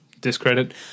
discredit